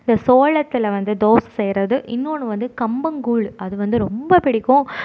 இந்த சோளத்தில் வந்து தோசை செய்யறது இன்னோன்று வந்து கம்மங்கூழ் அது வந்து ரொம்ப பிடிக்கும்